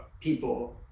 people